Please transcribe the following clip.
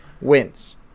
wins